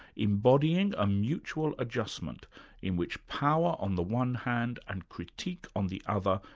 embodying a mutual adjustment in which power on the one hand, and critique on the other,